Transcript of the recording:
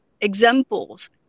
examples